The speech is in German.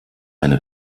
eine